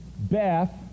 Beth